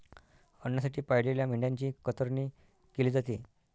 अन्नासाठी पाळलेल्या मेंढ्यांची कतरणी केली जाते